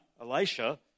Elisha